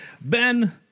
Ben